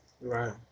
Right